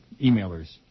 emailers